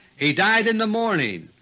he died in the morning,